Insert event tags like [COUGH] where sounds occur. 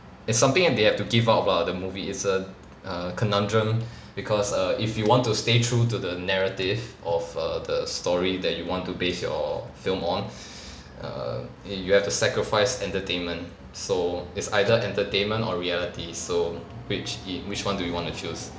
it's something that they have to give up lah the movie it's a err conundrum because err if you want to stay true to the narrative of err the story that you want to base your film on [BREATH] err eh you have to sacrifice entertainment so it's either entertainment or reality so which i~ which one do you want to choose